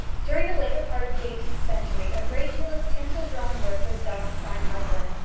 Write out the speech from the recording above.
during the later part of the eighteenth century, a great deal of tinsel drawn work was done on fine muslin,